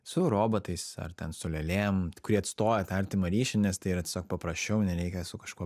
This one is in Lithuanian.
su robotais ar ten su lėlėm kurie atstoja artimą ryšį nes tai yra tiesiog paprasčiau nereikia su kažkuo